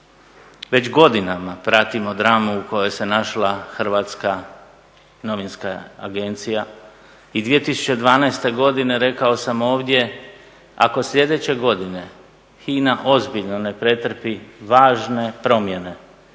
već godinama pratimo dramu u kojoj se našla HINA i 2012. godine rekao sam ovdje ako sljedeće godine HINA ozbiljno ne pretrpi važne promjene